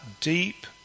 deep